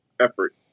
effort